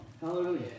Hallelujah